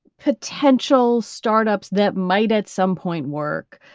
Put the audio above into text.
potential startups that might at some point work.